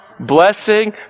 Blessing